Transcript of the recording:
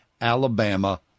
Alabama